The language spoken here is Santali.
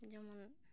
ᱡᱮᱢᱚᱱ